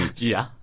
yeah.